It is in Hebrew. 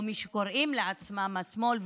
או מי שקוראים לעצמם השמאל,